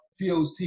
poc